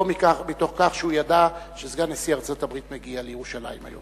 לא מתוך כך שהוא ידע שסגן נשיא ארצות-הברית מגיע לירושלים היום.